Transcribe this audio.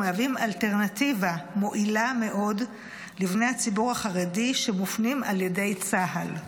המהווים אלטרנטיבה מועילה מאוד לבני הציבור החרדי שמופנים על ידי צה"ל.